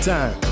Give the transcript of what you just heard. Time